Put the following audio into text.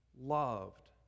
loved